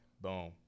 boom